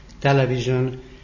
television